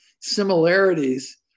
similarities